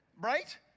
Right